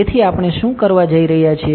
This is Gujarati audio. તેથી આપણે શું કરવા જઈ રહ્યા છીએ